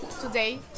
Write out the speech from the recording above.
today